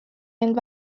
end